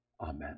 Amen